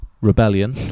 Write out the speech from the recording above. rebellion